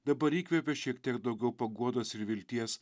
dabar įkvėpė šiek tiek daugiau paguodos ir vilties